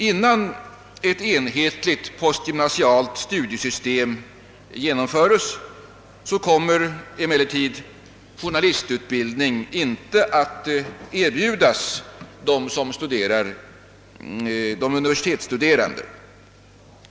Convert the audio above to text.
Innan ett postgymnasialt studiesystem genomföres kommer emellertid journalistutbildning inte att erbjudas de universitetsstude rande.